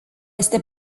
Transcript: este